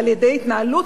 מתמשכת, מתוכננת, פועל יוצא